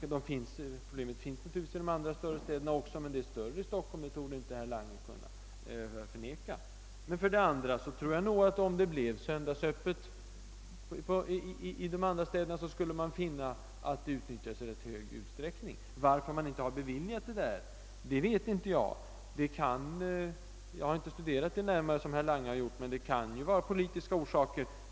Behovet finns naturligtvis i de andra städerna, men det är större i Stockholm, det torde inte herr Lange kunna förneka. För det andra tror jag att man, om det blev söndagsöppet i de andra städerna, skulle finna att detta skulle komma att utnyttjas i ganska stor utsträckning. Jag känner inte till varför öppethållande på söndagarna inte beviljats där. Jag har inte studerat det närmare, som herr Lange gjort, men det kan ligga politiska orsaker bakom.